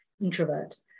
introvert